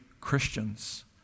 Christians